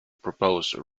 proposed